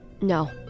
No